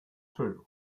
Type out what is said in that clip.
two